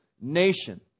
nation